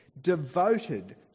devoted